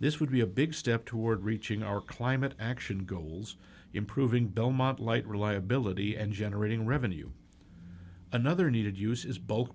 this would be a big step toward reaching our climate action goals improving belmont light reliability and generating revenue another needed use is both